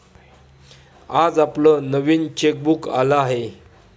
आज आपलं नवीन चेकबुक आलं आहे